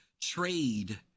trade